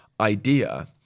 idea